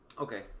Okay